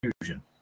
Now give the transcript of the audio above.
Fusion